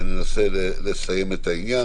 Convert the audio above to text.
וננסה לסיים את העניין.